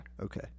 Okay